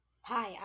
Hi